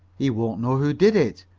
he won't know who did it.